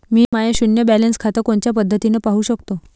मी माय शुन्य बॅलन्स खातं कोनच्या पद्धतीनं पाहू शकतो?